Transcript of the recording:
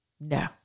No